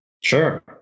Sure